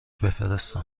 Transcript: بفرستیم